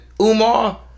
Umar